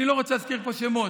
אני לא רוצה להזכיר פה שמות,